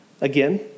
Again